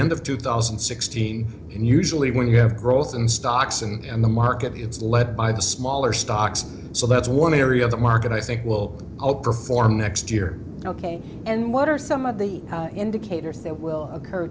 end of two thousand and sixteen usually when you have growth in stocks and the market is led by the smaller stocks so that's one area of the market i think will outperform next year ok and what are some of the indicators that will occur